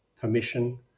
permission